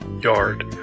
yard